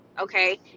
okay